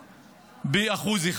ב-1%.